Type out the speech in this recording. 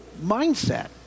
mindset